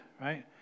right